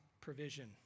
provision